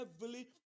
heavily